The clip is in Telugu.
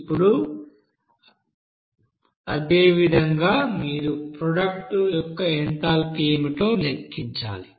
ఇప్పుడు అదేవిధంగా మీరు ప్రోడక్ట్ యొక్క ఎంథాల్పీ ఏమిటో లెక్కించాలి